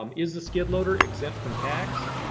um is the skid loader exempt from tax?